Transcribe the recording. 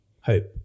hope